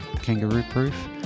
kangaroo-proof